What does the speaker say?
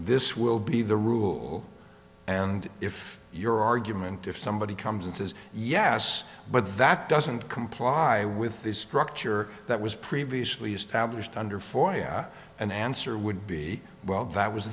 this will be the rule and if your argument if somebody comes and says yes but that doesn't comply with this structure that was previously established under for an answer would be well that was